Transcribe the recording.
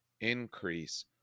increase